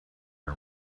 and